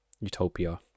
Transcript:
utopia